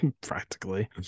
practically